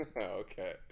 Okay